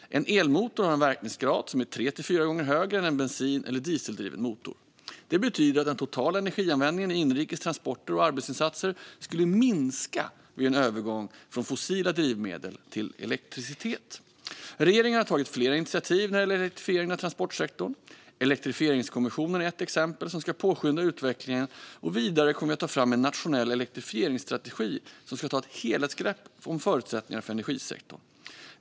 En elmotor har en verkningsgrad som är 3-4 gånger högre än en bensin eller dieseldriven motor. Det betyder att den totala energianvändningen i inrikes transporter och arbetsinsatser skulle minska vid en övergång från fossila drivmedel till elektricitet. Regeringen har tagit flera initiativ när det gäller elektrifieringen av transportsektorn. Elektrifieringskommissionen är ett exempel som ska påskynda utvecklingen, och vidare kommer vi att ta fram en nationell elektrifieringsstrategi som ska ta ett helhetsgrepp om förutsättningarna för energisektorn.